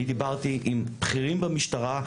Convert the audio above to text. אני דיברתי עם בכירים במשטרה,